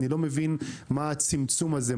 אני לא מבין לשם מה הצמצום הזה,